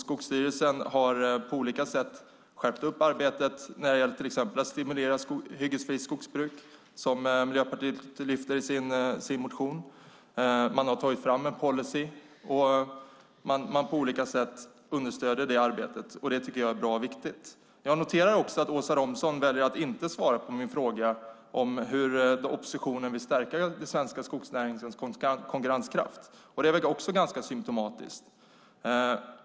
Skogsstyrelsen har på olika sätt skärpt arbetet när det gäller till exempel att stimulera hyggesfritt skogsbruk, som Miljöpartiet lyfter fram i sin motion. Man har tagit fram en policy och på olika sätt understöder det arbetet. Det tycker jag är bra och viktigt. Jag noterar att Åsa Romson väljer att inte svara på min fråga om hur oppositionen vill stärka den svenska skogsnäringens konkurrenskraft. Det är också ganska symtomatiskt.